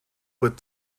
with